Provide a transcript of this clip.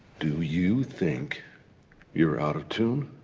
do you think you're out of tune?